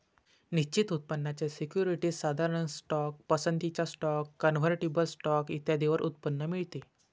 निश्चित उत्पन्नाच्या सिक्युरिटीज, साधारण स्टॉक, पसंतीचा स्टॉक, कन्व्हर्टिबल स्टॉक इत्यादींवर उत्पन्न मिळते